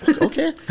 okay